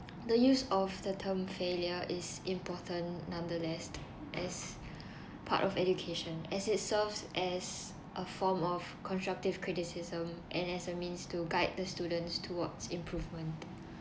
the use of the term failure is important nonetheless as part of education as it serves as a form of constructive criticism and as a means to guide the students towards improvement